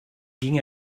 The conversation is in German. ging